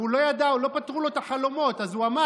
הוא לא ידע, לא פתרו לו את החלומות, אז הוא אמר: